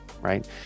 right